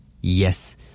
Yes